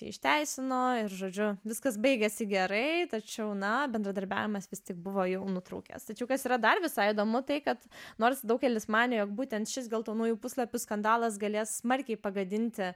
jį išteisino ir žodžiu viskas baigėsi gerai tačiau na bendradarbiavimas vis tik buvo jau nutrūkęs tačiau kas yra dar visai įdomu tai kad nors daugelis manė jog būtent šis geltonųjų puslapių skandalas galės smarkiai pagadinti